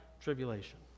tribulation